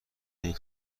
این